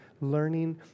learning